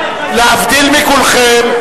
להבדיל מכולכם,